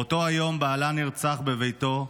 באותו יום בעלה נרצח בביתו,